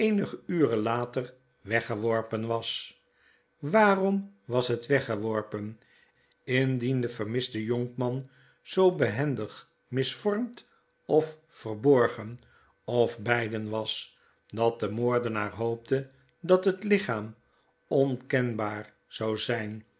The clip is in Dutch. eenige uren later weggeworpen was waarom was het weggeworpen lndien de vermiste jonkman zoo benendig misvormd of verborgen of beide was dat de moordenaar hoopte dat het lichaam onkenbaar zou zyn